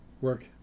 work